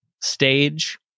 stage